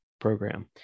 program